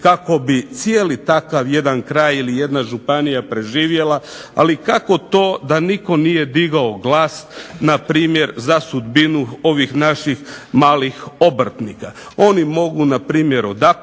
kako bi cijeli takav kraj ili jedna županija preživjela. Ali kako to da nitko nije digao glas npr. za sudbinu ovih naših malih obrtnika. Oni mogu npr. odapeti